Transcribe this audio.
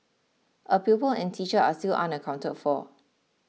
a pupil and teacher are still unaccounted for